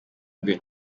rwe